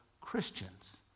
Christians